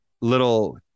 little